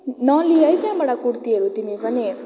नलेऊ है त्यहाँबाट कुर्तीहरू तिमी पनि